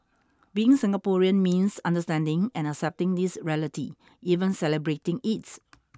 being Singaporean means understanding and accepting this reality even celebrating it